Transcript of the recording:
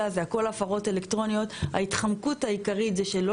והכול זה הפרות אלקטרוניות שההתחמקות העיקרית היא שלא